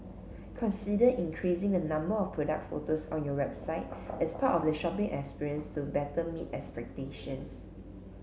consider increasing the number of product photos on your website as part of the shopping experience to better meet expectations